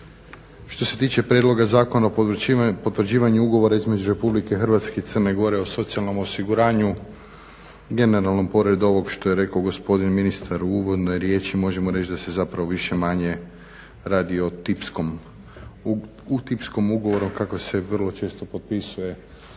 što se tiče Prijedloga Zakona o potvrđivanju ugovora između RH i Crne Gore o socijalnom osiguranju, generalno pored ovog što je rekao gospodin ministar u uvodnoj riječi, možemo reći da se zapravo više-manje radi o tipskom ugovoru, kako se vrlo često potpisuje